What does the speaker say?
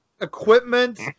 equipment